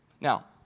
Now